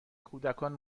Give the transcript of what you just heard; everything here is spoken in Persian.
کودکان